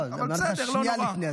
לא, אמרתי לך שנייה לפני.